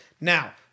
Now